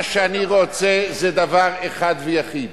מה שאני רוצה זה דבר אחד ויחיד,